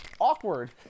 Awkward